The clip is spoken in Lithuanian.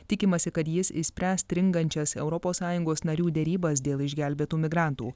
tikimasi kad jis išspręs stringančias europos sąjungos narių derybas dėl išgelbėtų migrantų